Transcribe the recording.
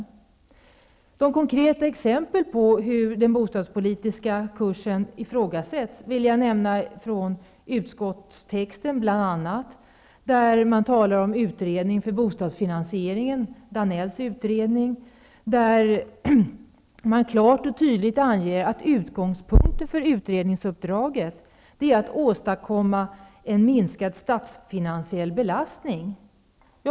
Som ett konkret exempel på hur den bostadspolitiska kursen ifrågasätts vill jag nämna bl.a. utskottets egen skrivning om utredningen om bostadsfinansieringen, Danellutredningen, där man klart och tydligt anger att utgångspunkten för utredningsuppdraget är att åstadkomma en minskad statsfinansiell belastning.